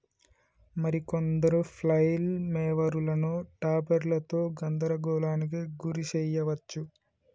మరి కొందరు ఫ్లైల్ మోవరులను టాపెర్లతో గందరగోళానికి గురి శెయ్యవచ్చు